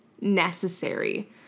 necessary